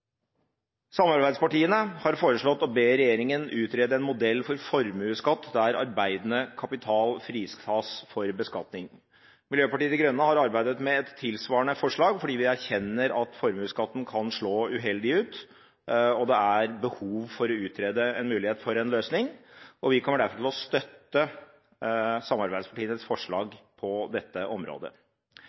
Samarbeidspartiene har foreslått å be regjeringen utrede en modell for formuesskatt der arbeidende kapital fritas for beskatning. Miljøpartiet De Grønne har arbeidet med et tilsvarende forslag, fordi vi erkjenner at formuesskatten kan slå uheldig ut, og det er behov for å utrede en mulighet for en løsning. Vi kommer derfor til å støtte samarbeidspartienes forslag på dette området.